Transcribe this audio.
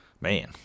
Man